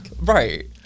Right